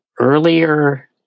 earlier